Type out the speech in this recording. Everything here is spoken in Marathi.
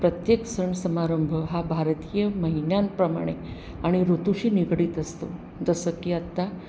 प्रत्येक सण समारंभ हा भारतीय महिन्यांप्रमाणे आणि ऋतूशी निगडीत असतो जसं की आत्ता